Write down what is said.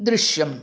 दृश्यं